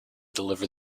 deliver